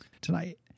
tonight